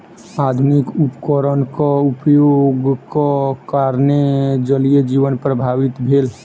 आधुनिक उपकरणक उपयोगक कारणेँ जलीय जीवन प्रभावित भेल